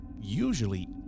usually